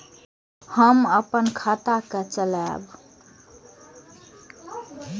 हम अपन खाता के चलाब?